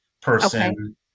person